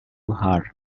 her